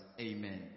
Amen